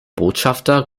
botschafter